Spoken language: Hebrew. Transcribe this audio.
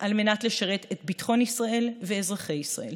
על מנת לשרת את ביטחון ישראל ואזרחי ישראל.